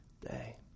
day